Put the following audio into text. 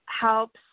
helps